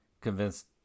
convinced